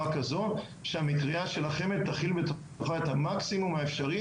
כזו שהמטריה של החמ"ד תכיל בתוכה את המקסימום האפשרי